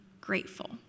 grateful